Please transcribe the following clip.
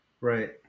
Right